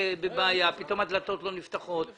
בבעיה, פתאום הדלתות לא נפתחות.